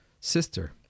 sister